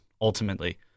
ultimately